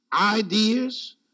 ideas